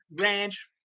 ranch